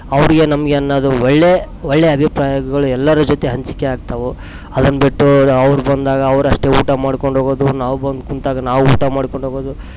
ಅವರಿಗೆ ನಮಗೆ ಅನ್ನೋದು ಒಳ್ಳೆಯ ಒಳ್ಳೆಯ ಅಭಿಪ್ರಾಯಗಳು ಎಲ್ಲರ ಜೊತೆ ಹಂಚಿಕೆ ಆಗ್ತವು ಅದನ್ನ ಬಿಟ್ಟು ಅವರು ಬಂದಾಗ ಅವರಷ್ಟೆ ಊಟ ಮಾಡ್ಕೊಂಡು ಹೋಗೋದು ನಾವು ಬಂದು ಕುಂತಾಗ ನಾವು ಊಟ ಮಾಡ್ಕೊಂಡು ಹೋಗೋದು